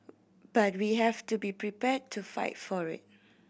but we have to be prepared to fight for it